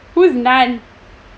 who's nun